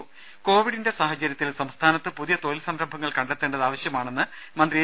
ദേശ കോവിഡിന്റെ സാഹചര്യത്തിൽ സംസ്ഥാനത്ത് പുതിയ തൊഴിൽ സംരംഭങ്ങൾ കണ്ടെത്തേണ്ടത് ആവശ്യമാണെന്ന് മന്ത്രി എ